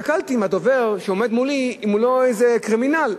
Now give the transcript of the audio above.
הסתכלתי אם הדובר שעומד מולי הוא לא איזה קרימינל.